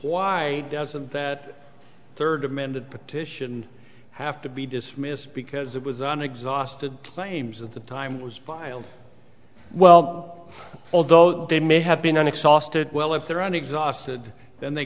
why doesn't that third amended petition have to be dismissed because it was an exhausted claims at the time was filed well although they may have been an excess to well if they're on exhausted then they